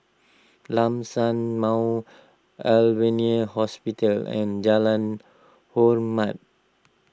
Lam San Mount Alvernia Hospital and Jalan Hormat